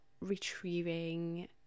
retrieving